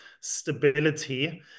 stability